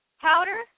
Powder